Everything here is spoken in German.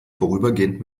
vorübergehend